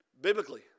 biblically